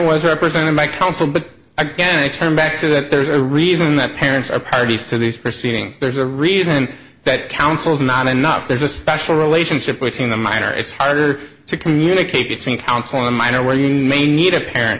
was represented by counsel but again i turn back to that there's a reason that parents are parties to these proceedings there's a reason that counsels not enough there's a special relationship between the minor it's harder to communicate between counsel and minor where you may need a parent